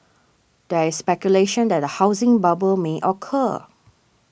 there is speculation that a housing bubble may occur